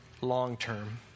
long-term